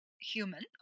human